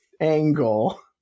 angle